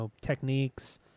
techniques